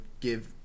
give